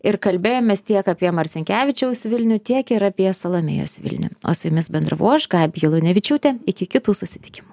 ir kalbėjomės tiek apie marcinkevičiaus vilnių tiek ir apie salomėjos vilnių o su jumis bendravau aš gabija lunevičiūtė iki kitų susitikimų